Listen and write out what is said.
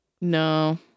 no